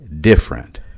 different